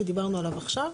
אותו חוק שדיברנו עליו עכשיו,